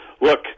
look